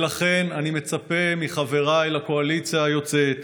לכן אני מצפה מחבריי בקואליציה היוצאת,